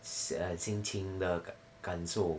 err 心情的感受